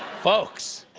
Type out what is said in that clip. folks,